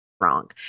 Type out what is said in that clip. wrong